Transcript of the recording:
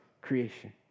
creation